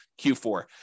Q4